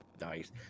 nice